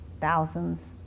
thousands